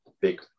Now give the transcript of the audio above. big